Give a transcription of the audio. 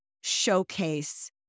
showcase